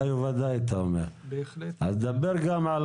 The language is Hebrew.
אז תדבר גם על